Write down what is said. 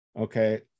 Okay